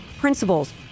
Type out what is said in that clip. principles